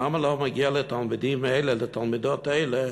למה לא מגיע לתלמידים האלה ולתלמידות האלה